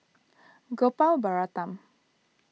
Gopal Baratham